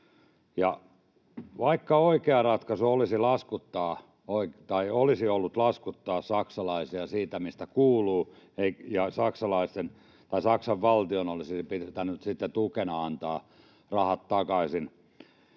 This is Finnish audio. vaikka oikea ratkaisu olisi ollut laskuttaa saksalaisia siitä, mistä kuuluu, ja Saksan valtion olisi pitänyt sitten tukena antaa rahat takaisin